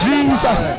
Jesus